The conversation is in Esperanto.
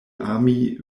ami